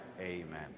Amen